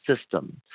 system